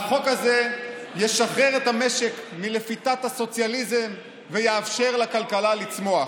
והחוק הזה ישחרר את המשק מלפיתת הסוציאליזם ויאפשר לכלכלה לצמוח.